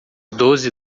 doze